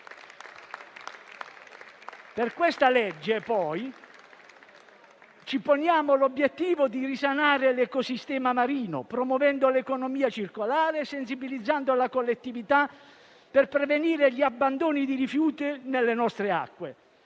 Con questa legge ci poniamo l'obiettivo di risanare l'ecosistema marino, promuovendo l'economia circolare e sensibilizzando la collettività per prevenire gli abbandoni di rifiuti nelle nostre acque.